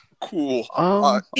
Cool